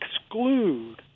exclude